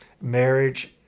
Marriage